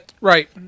Right